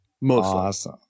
Mostly